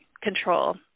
control